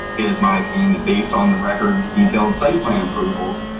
is my opinion that based on the record detailed site plan approvals,